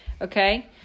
Okay